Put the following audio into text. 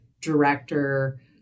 director